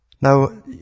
Now